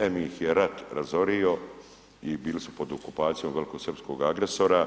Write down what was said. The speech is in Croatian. Em ih je rat razorio i bili su pod okupacijom velikosrpskog agresora